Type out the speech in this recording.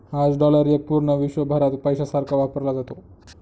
आज डॉलर एक पूर्ण विश्वभरात पैशासारखा वापरला जातो